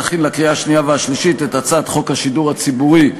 הוועדה תכין לקריאה השנייה והשלישית את הצעת חוק השידור הציבורי,